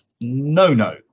no-no